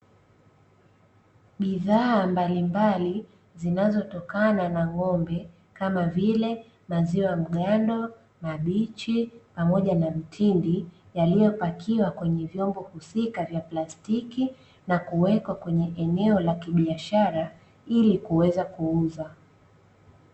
Bidhaa mbalimbali zinazotokana na ng'ombe, kama vile: maziwa mgando, mabichi pamoja na mtindi yaliyopakiwa kwenye vyombo husika vya plastiki, na kuwekwa kwenye eneo la kibiashara, ili kuweza kuuza.